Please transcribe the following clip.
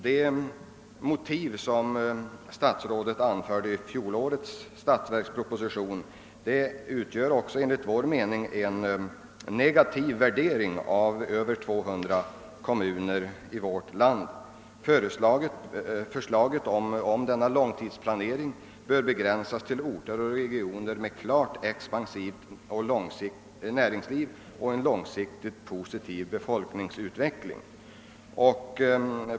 De motiv som statsrådet anförde i fjolårets statsverksproposition utgör enligt vår mening en negativ värdering av över 200 kommuner i vårt land. Enligt fjolårets statsverksproposition bör förslaget om denna långtidsplanering begränsas till orter och regioner med klart expansivt näringsliv och en långsiktig positiv befolkningsutveckling.